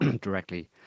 directly